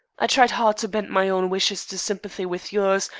i tried hard to bend my own wishes to sympathy with yours,